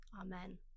Amen